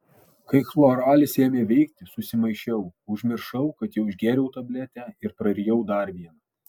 kai chloralis ėmė veikti susimaišiau užmiršau kad jau išgėriau tabletę ir prarijau dar vieną